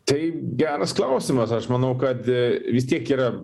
tai geras klausimas aš manau kad vis tiek yra